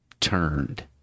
turned